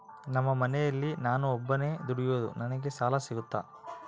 ನಮ್ಮ ಮನೆಯಲ್ಲಿ ನಾನು ಒಬ್ಬನೇ ದುಡಿಯೋದು ನನಗೆ ಸಾಲ ಸಿಗುತ್ತಾ?